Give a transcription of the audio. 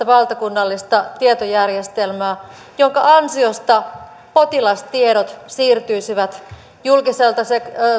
valtakunnallista tietojärjestelmää jonka ansiosta potilastiedot siirtyisivät julkiselta